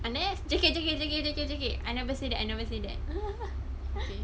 unless J_K J_K J_K J_K I never say that I never say that